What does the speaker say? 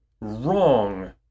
wrong